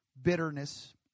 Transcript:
bitterness